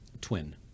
Twin